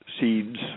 seeds